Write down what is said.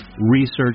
research